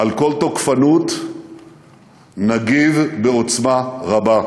על כל תוקפנות נגיב בעוצמה רבה.